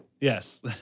Yes